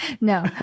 No